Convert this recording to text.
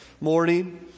morning